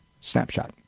snapshot